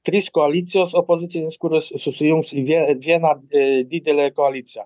trys koalicijos opozicinės kurios susijungs į vie vieną ė didelę koaliciją